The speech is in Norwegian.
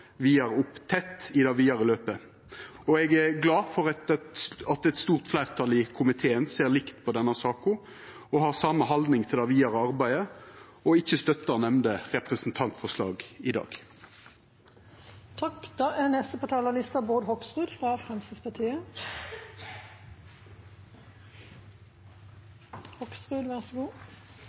opp i det vidare løpet. Og eg er glad for at eit stort fleirtal i komiteen ser likt på denne saka og har same haldning til det vidare arbeidet og ikkje støttar nemnde representantforslag i